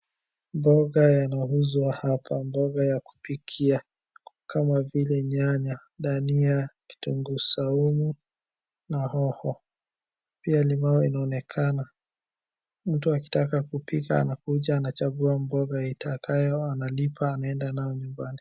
Mboga inauzwa hapa, mboga ya kupikia kama nyanya, dania, kitunguu saumu, na hoho pia limau inaonekana. Mtu akitaka kupika, anaweza kuchagua mboga anayohitaji, analipa, kisha aende nayo nyumbani.